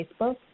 Facebook